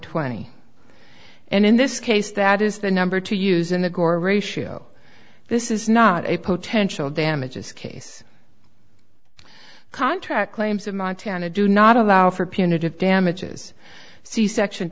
twenty and in this case that is the number to use in the gore ratio this is not a potential damages case contract claims of montana do not allow for punitive damages c section